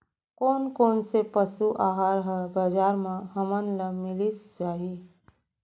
कोन कोन से पसु आहार ह बजार म हमन ल मिलिस जाही?